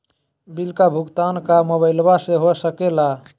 Bill का भुगतान का मोबाइलवा से हो सके ला?